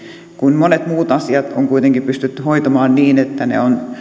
kun monet muut asiat on kuitenkin pystytty hoitamaan niin että ne ovat